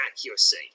accuracy